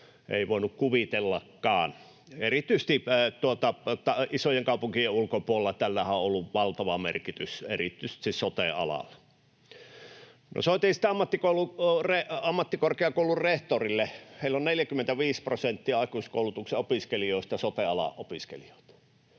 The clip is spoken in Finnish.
ei voinut kuvitellakaan. Erityisesti isojen kaupunkien ulkopuolellahan tällä on ollut valtava merkitys erityisesti sote-alalla. No, soitin sitten ammattikorkeakoulun rehtorille. Heillä on 45 prosenttia aikuiskoulutuksen opiskelijoista sote-alan opiskelijoita